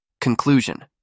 Conclusion